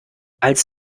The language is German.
als